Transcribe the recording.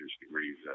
degrees